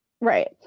Right